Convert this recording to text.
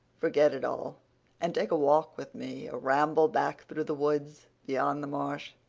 forget it all and take a walk with me a ramble back through the woods beyond the marsh.